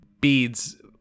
beads